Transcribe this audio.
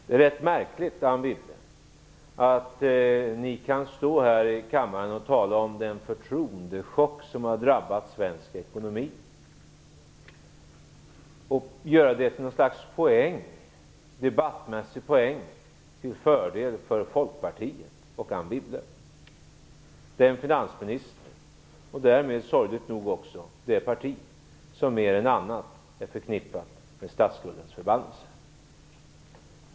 Det är märkligt att ni kan stå här i kammaren och tala om den förtroendechock som har drabbat svensk ekonomi och göra det till något slags debattmässig poäng till fördel för Folkpartiet och Anne Wibble, den finansminister och därmed sorgligt nog också det parti som mer än något annat är förknippat med statsskuldens förbannelse.